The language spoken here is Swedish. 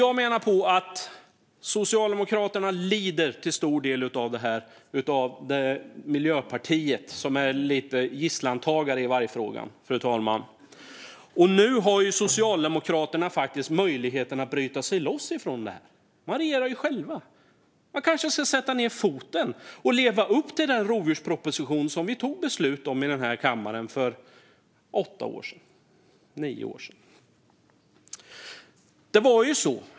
Jag menar att Socialdemokraterna till stor del lider på grund av Miljöpartiet, som är lite av en gisslantagare i vargfrågan. Nu har Socialdemokraterna möjlighet att bryta sig loss från det här. Man regerar ju själv! Man kanske skulle sätta ned foten och leva upp till den rovdjursproposition som vi fattade beslut om i den här kammaren för åtta nio år sedan.